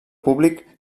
públic